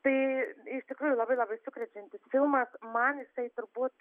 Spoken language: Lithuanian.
tai iš tikrųjų labai labai sukrečiantis filmas man jisai turbūt